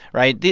right?